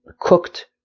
cooked